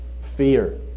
fear